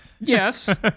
Yes